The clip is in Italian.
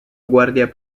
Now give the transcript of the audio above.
guardia